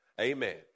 Amen